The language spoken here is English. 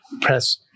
press